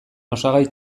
osagai